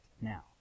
Now